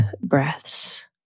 breaths